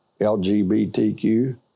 LGBTQ